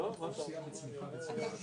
למה לכתוב 2008?